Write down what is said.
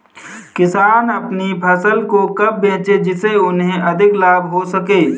किसान अपनी फसल को कब बेचे जिसे उन्हें अधिक लाभ हो सके?